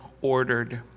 ordered